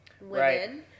women